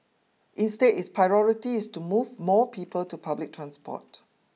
instead its priority is to move more people to public transport